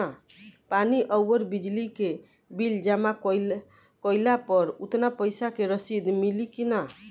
पानी आउरबिजली के बिल जमा कईला पर उतना पईसा के रसिद मिली की न?